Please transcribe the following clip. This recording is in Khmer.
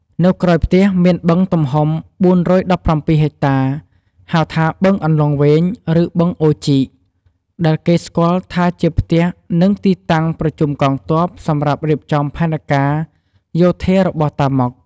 នៅក្រោយផ្ទះមានបឹងទំហំ ៤១៧ ហិកតា ហៅថាបឹងអន្លង់វែង ឬ បឹងអូរជីក ដែលគេស្គាល់ថាជាផ្ទះ និងទីតាំងប្រជុំកងទ័ពសម្រាប់រៀបចំផែនការយោធារបស់តាម៉ុក។